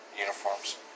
uniforms